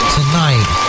Tonight